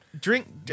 Drink